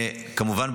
וכמובן,